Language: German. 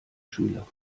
schüler